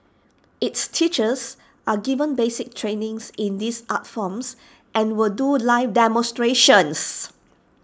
its teachers are given basic training in these art forms and will do live demonstrations